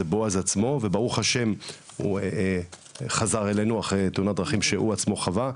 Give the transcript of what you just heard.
זה בועז עצמו וברוך השם הוא חזר אלינו אחרי תאונת דרכים שהוא עצמו חווה,